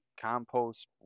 compost